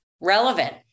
relevant